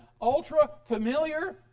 ultra-familiar